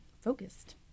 focused